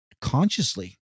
consciously